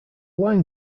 line